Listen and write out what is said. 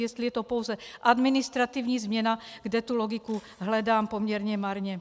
Jestli je to pouze administrativní změna, kde logiku hledám poměrně marně.